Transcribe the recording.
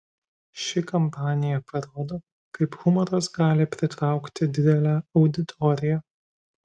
ši kampanija parodo kaip humoras gali pritraukti didelę auditoriją